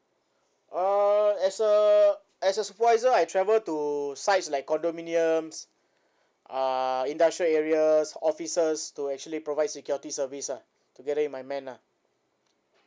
uh as a as a supervisor I travel to sites like condominiums uh industrial areas offices to actually provide security service ah together with my man ah